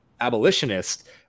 abolitionist